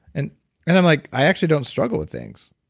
and and i'm like, i actually don't struggle with things.